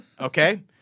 Okay